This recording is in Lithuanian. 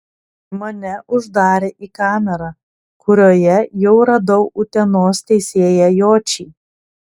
mane uždarė į kamerą kurioje jau radau utenos teisėją jočį